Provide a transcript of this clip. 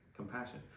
compassion